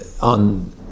on